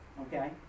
okay